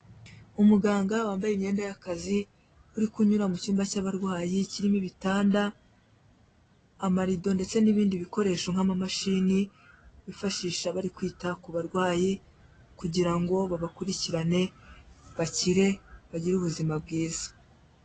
Umuganga wambaye imyenda y'akazi, uri kunyura mu cyumba cy'abarwayi kirimo ibitanda, amarido ndetse n'ibindi bikoresho nk'amamashini bifashisha bari kwita ku barwayi kugira ngo babakurikirane bakire bagire ubuzima bwiza.